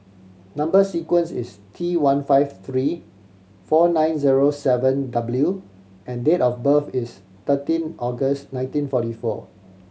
number sequence is T one five three four nine zero seven W and date of birth is thirteen August nineteen forty four